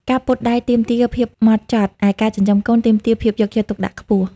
ការពត់ដែកទាមទារភាពហ្មត់ចត់ ឯការចិញ្ចឹមកូនទាមទារភាពយកចិត្តទុកដាក់ខ្ពស់។